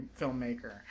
filmmaker